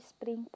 Spring